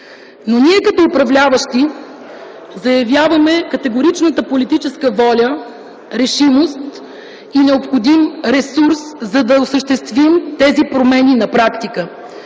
но ние като управляващи заявяваме категоричната политическа воля, решимост и необходим ресурс, за да осъществим тези промени на практика.